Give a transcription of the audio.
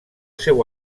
seu